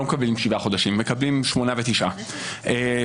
לא מקבלים שבעה חודשים אלא מקבלים שמונה ותשעה חודשים.